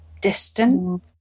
distant